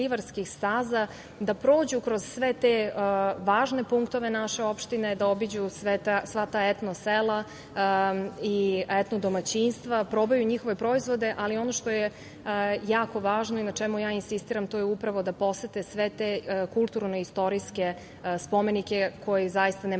da prođu kroz sve te važne punktove naše opštine, da obiđu sva ta etno sela i etno domaćinstva, da probaju njihove proizvode, ali ono što je jako važno i na čemu insistiram, to je upravo da posete sve te kulturno istorijske spomenike koji ne